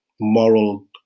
moral